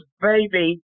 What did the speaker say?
baby